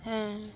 হ্যাঁ